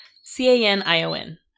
c-a-n-i-o-n